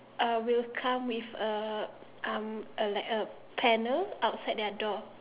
uh will come with a um a like a panel outside their door